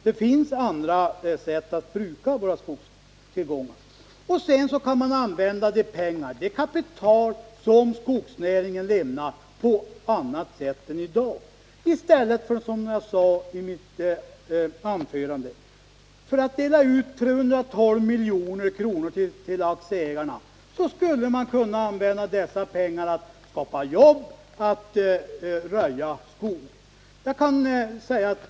Det finns dock andra sätt att bruka våra skogstillgångar. Det kapital som skogsnäringen avkastar kan man använda på annat sätt än som sker i dag. I stället för att dela ut 312 milj.kr. till aktieägarna skulle man, som jag sade i mitt första anförande, kunna använda dessa pengar till att röja skog och skapa jobb.